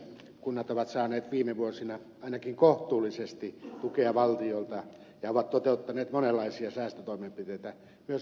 kunnat ovat saaneet viime vuosina ainakin kohtuullisesti tukea valtiolta ja ovat toteuttaneet monenlaisia säästötoimenpiteitä myös omasta takaa